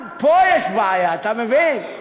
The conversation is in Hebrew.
גם פה יש בעיה, אתה מבין?